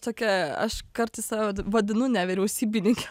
tokia aš kartais save vadinu nevyriausybininke